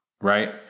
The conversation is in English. right